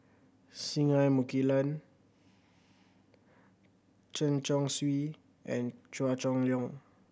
Singai Mukilan Chen Chong Swee and Chua Chong Long